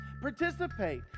participate